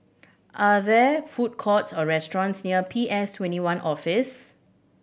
are there food courts or restaurants near P S Twenty one Office